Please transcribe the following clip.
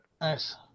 Nice